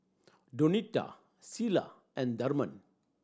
Donita Cilla and Thurman